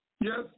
Yes